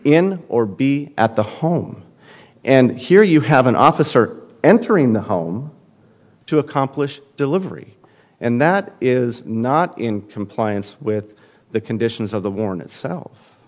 in or be at the home and here you have an officer entering the home to accomplish delivery and that is not in compliance with the conditions of the warrant itself